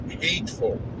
hateful